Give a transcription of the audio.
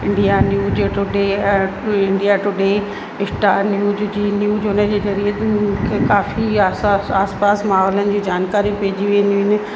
India news today अ India Today Star News Zee news उन जे ज़रिये काफ़ी आहे असां आस पास माहोलनि जूं जानकारियूं पइजी वेंदियूं आहिनि